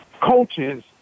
coaches